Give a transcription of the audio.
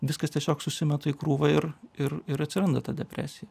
viskas tiesiog susimeta į krūvą ir ir ir atsiranda ta depresija